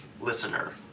listener